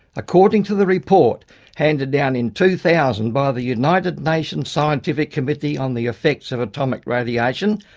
according to the report handed down in two thousand by the united nations sort of committee on the effects of atomic radiation,